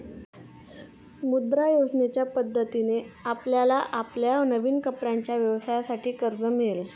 मुद्रा योजनेच्या मदतीने आपल्याला आपल्या नवीन कपड्यांच्या व्यवसायासाठी कर्ज मिळेल